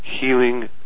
healing